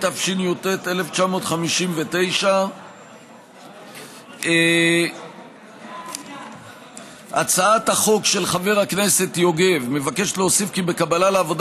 התשי"ט 1959. הצעת החוק של חבר הכנסת יוגב מבקשת להוסיף כי בקבלה לעבודה